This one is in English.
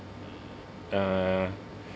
uh